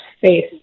face